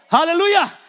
Hallelujah